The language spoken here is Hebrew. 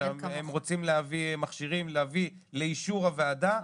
הם רוצים להביא מכשירים לאישור הוועדה,